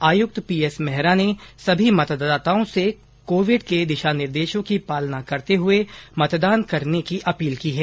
आयुक्त पीएस मेहरा ने सभी मतदाताओं से कोविड के दिशा निर्देशों की पालना करते हुए मतदान करने की अपील की है